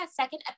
second